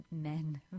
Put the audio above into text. men